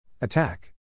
Attack